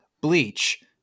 Bleach